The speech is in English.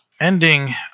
ending